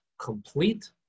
complete